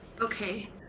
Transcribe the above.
Okay